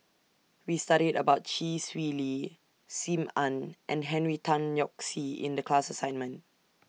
We studied about Chee Swee Lee SIM Ann and Henry Tan Yoke See in The class assignment